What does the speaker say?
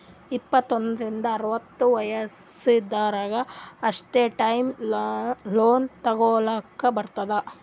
ಇಪ್ಪತ್ತು ಒಂದ್ರಿಂದ್ ಅರವತ್ತ ವಯಸ್ಸ್ ಇದ್ದೊರಿಗ್ ಅಷ್ಟೇ ಟರ್ಮ್ ಲೋನ್ ತಗೊಲ್ಲಕ್ ಬರ್ತುದ್